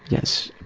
yes.